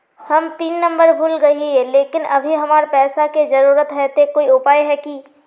हम pin number भूल गेलिये लेकिन अभी हमरा पैसा के जरुरत है ते कोई उपाय है की?